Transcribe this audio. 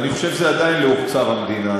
אני חושב שזה עדיין לאוצר המדינה,